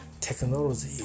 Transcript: technology